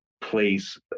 place